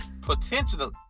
potentially